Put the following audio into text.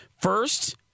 First